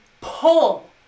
pull